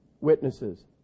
witnesses